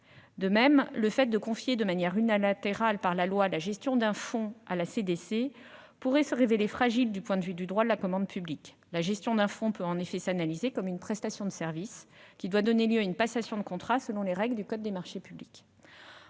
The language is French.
De même, le fait que la loi confie, de manière unilatérale, la gestion d'un fonds à la Caisse des dépôts et consignations pourrait se révéler fragile du point de vue du droit de la commande publique. La gestion d'un fonds peut en effet s'analyser comme une prestation de services, qui doit donner lieu à une passation de contrat selon les règles du code des marchés publics.